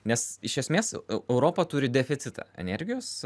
nes iš esmės e europa turi deficitą energijos